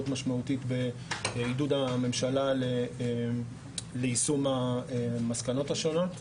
משמעותית בעידוד הממשלה ליישום המסקנות השונות.